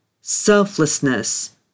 selflessness